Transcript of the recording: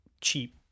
cheap